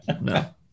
no